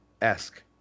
esque